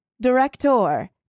director